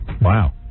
wow